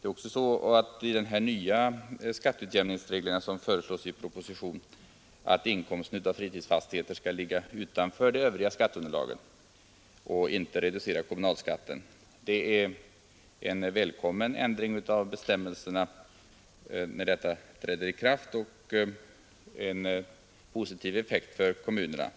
I propositionen om nya skatteutjämningsregler föreslås att inkomsten av fritidsfastigheter skall ligga utanför det övriga skatteunderlaget och inte reducera kommunalskatten. När denna välkomna ändring av bestämmelserna träder i kraft får vi en positiv effekt för kommunerna.